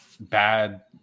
bad